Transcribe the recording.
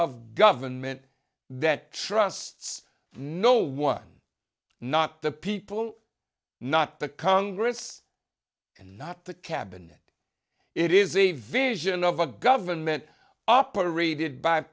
of government that trusts no one not the people not the congress and not the cabinet it is a variation of a government operated by